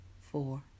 four